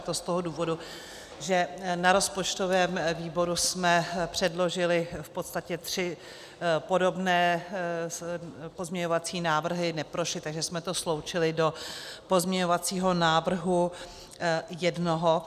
To z toho důvodu, že na rozpočtovém výboru jsme předložili v podstatě tři podobné pozměňovacími návrhy, neprošly, takže jsme to sloučili do pozměňovacího návrhu jednoho.